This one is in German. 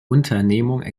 unternehmung